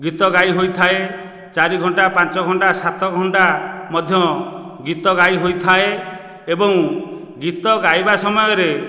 ଗୀତ ଗାଇ ହୋଇଥାଏ ଚାରି ଘଣ୍ଟା ପାଞ୍ଚ ଘଣ୍ଟା ସାତ ଘଣ୍ଟା ମଧ୍ୟ ଗୀତ ଗାଇ ହୋଇଥାଏ ଏବଂ ଗୀତ ଗାଇବା ସମୟରେ